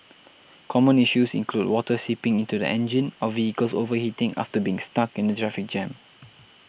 common issues include water seeping into the engine or vehicles overheating after being stuck in a traffic jam